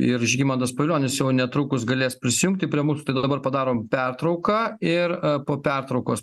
ir žygimantas pavilionis jau netrukus galės prisijungti prie mūsų tad dabar padarom pertrauką ir po pertraukos